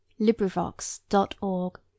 LibriVox.org